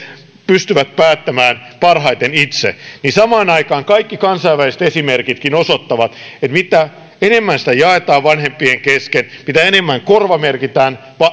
pystyvät päättämään parhaiten itse niin samaan aikaan kaikki kansainväliset esimerkitkin osoittavat että mitä enemmän vapaata jaetaan vanhempien kesken mitä enemmän korvamerkitään